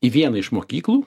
į vieną iš mokyklų